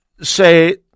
say